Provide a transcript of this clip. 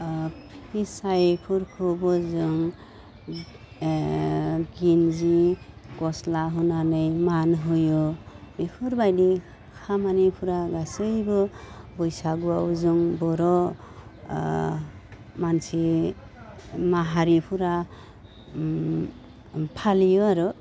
फिसाइफोरखौबो जों गिनजि गस्ला होनानै मान होयो बेफोरबायदि खामानिफ्रा गासैबो बैसागुआव जों बर' मानसि माहारिफोरा फालियो आरो